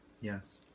Yes